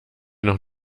noch